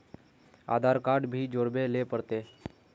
आधार card भी जोरबे ले पड़ते?